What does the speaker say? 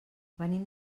venim